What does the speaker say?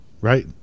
right